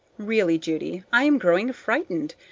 really, judy, i am growing frightened.